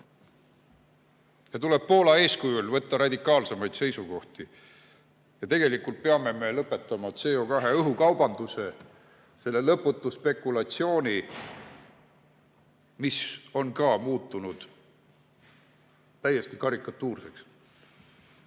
Tuleb Poola eeskujul võtta radikaalsemaid seisukohti. Ja tegelikult me peame lõpetama CO2õhukaubanduse, selle lõputu spekulatsiooni, mis on ka muutunud täiesti karikatuurseks.